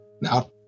Now